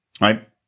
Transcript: right